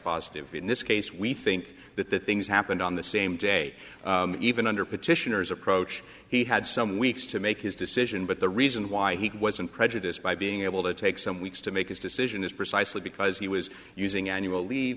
positive in this case we think that the things happened on the same day even under petitioners approach he had some weeks to make his decision but the reason why he wasn't prejudiced by being able to take some weeks to make his decision is precisely because he was using annual leave